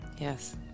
Yes